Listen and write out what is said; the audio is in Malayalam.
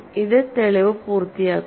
ഇത് തെളിവ് പൂർത്തിയാക്കുന്നു